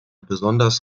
besonders